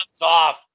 off